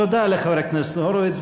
תודה לחבר הכנסת הורוביץ.